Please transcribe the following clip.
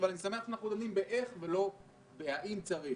אני שמח שאנחנו דנים באיך ולא בשאלה האם צריך.